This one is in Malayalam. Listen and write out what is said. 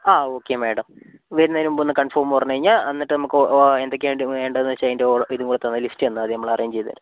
ആ ഓക്കെ മേഡം വരുന്നതിന് മുമ്പ് ഒന്ന് കൺഫോം പറഞ്ഞുകഴിഞ്ഞാൽ എന്നിട്ട് നമുക്ക് എന്തൊക്കെയാണ് വേണ്ടതെന്ന് വെച്ചാൽ അതിൻ്റെ ഓ ഇതുംകൂടെ തന്നാൽ ലിസ്റ്റ് തന്നാൽ മതി നമ്മൾ അറേഞ്ച് ചെയ്തുതരാം